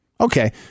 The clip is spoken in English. Okay